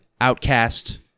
outcast